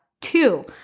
two